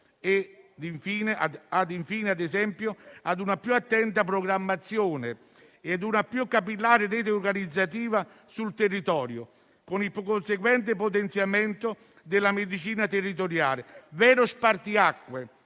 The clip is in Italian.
a una più attenta programmazione e a una più capillare rete organizzativa sul territorio con il conseguente potenziamento della medicina territoriale, vero spartiacque